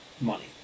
money